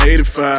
85